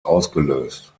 ausgelöst